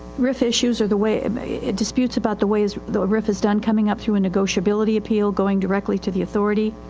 rif issues are the way, um disputes about the ways the rif is done coming up through a negotiability appeal, going directly to the authority.